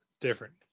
different